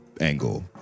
angle